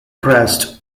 crest